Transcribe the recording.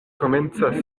komencas